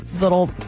little